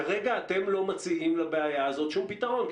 כרגע אתם כמשרד חקלאות לא מציעים לבעיה הזאת שום פתרון.